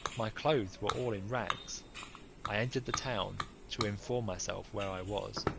my clothes were all in rags i entered the town to inform myself where i was,